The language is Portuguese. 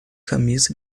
camisa